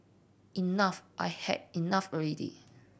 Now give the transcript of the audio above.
enough I had enough ready